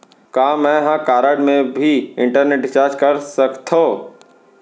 का मैं ह कारड मा भी इंटरनेट रिचार्ज कर सकथो